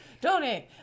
Donate